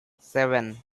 seven